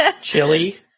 chili